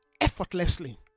effortlessly